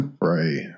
Right